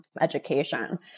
education